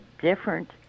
different